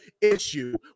issue